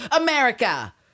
America